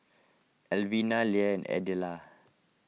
Elvina Leigh Adella